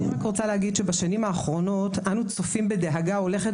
בשנים האחרונות אנו צופים בדאגה הולכת